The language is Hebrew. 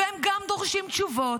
והם גם דורשים תשובות,